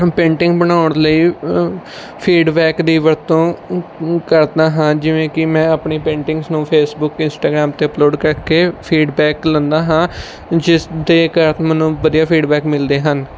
ਹੁਣ ਪੇਂਟਿੰਗ ਬਣਾਉਣ ਲਈ ਫੀਡਬੈਕ ਦੀ ਵਰਤੋਂ ਕਰਦਾ ਹਾਂ ਜਿਵੇਂ ਕਿ ਮੈਂ ਆਪਣੀ ਪੇਂਟਿੰਗਸ ਨੂੰ ਫੇਸਬੁਕ ਇੰਸਟਾਗ੍ਰਾਮ 'ਤੇ ਅਪਲੋਡ ਕਰਕੇ ਫੀਡਬੈਕ ਲੈਂਦਾ ਹਾਂ ਜਿਸ ਦੇ ਕਾਰਨ ਮੈਨੂੰ ਵਧੀਆ ਫੀਡਬੈਕ ਮਿਲਦੇ ਹਨ